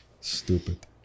stupid